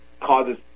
causes